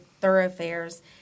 thoroughfares